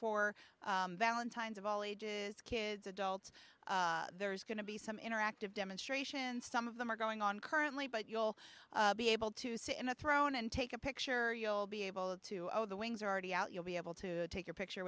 for valentine's of all ages kids adults there's going to be some interactive demonstrations some of them are going on currently but you'll be able to see in a throne and take a picture or you'll be able to show the wings are already out you'll be able to take a picture